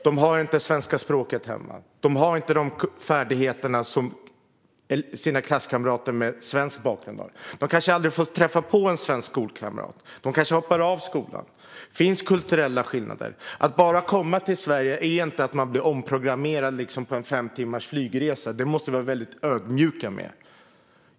De har inte svenska språket hemma, de har inte de färdigheter som deras klasskamrater med svensk bakgrund har, de har kanske aldrig har haft en svensk skolkamrat och de kanske hoppar av skolan. Det finns kulturella skillnader. Att komma till Sverige innebär inte att man blir omprogrammerad under en fem timmar lång flygresa. Där måste vi vara ödmjuka.